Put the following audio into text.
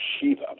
shiva